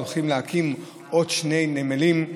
הולכים להקים עוד שני נמלים,